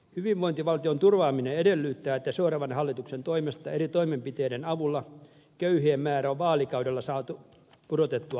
hyvinvointivaltion turvaaminen edellyttää että seuraavan hallituksen toimesta eri toimenpiteiden avulla köyhien määrä on vaalikaudella saatu pudotettua alle puoleen